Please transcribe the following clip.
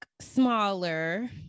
smaller